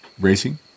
racing